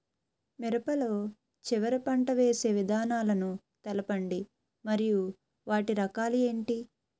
మిరప లో చివర పంట వేసి విధానాలను తెలపండి మరియు వాటి రకాలు ఏంటి